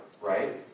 right